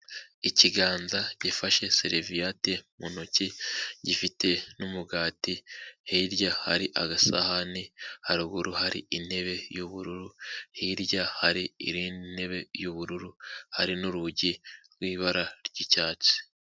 Ikiganza gifashe seriviyate mu ntoki gifite n'umugati, hirya hari agasahani, haruguru hari intebe y'ubururu, hirya hari intebe y'ubururu hari n'urugi rw'ibara ry'icyatsi.